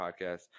podcast